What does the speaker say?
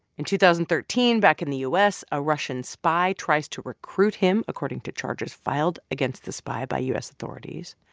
in two thousand and thirteen, back in the u s, a russian spy tries to recruit him, according to charges filed against the spy by u s. authorities.